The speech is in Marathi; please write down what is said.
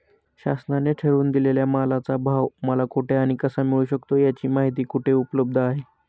शासनाने ठरवून दिलेल्या मालाचा भाव मला कुठे आणि कसा मिळू शकतो? याची माहिती कुठे उपलब्ध आहे?